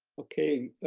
okay.